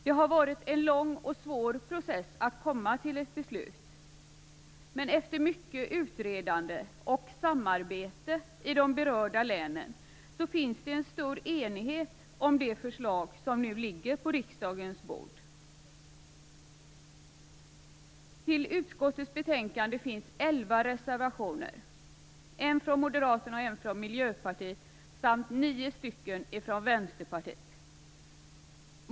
Det har varit en lång och svår process att komma till ett beslut, men efter mycket utredande och samarbete i de berörda länen finns det stor enighet om det förslag som nu ligger på riksdagens bord. Till utskottets betänkande finns elva reservationer, en från Moderaterna och en från Miljöpartiet samt nio från Vänsterpartiet.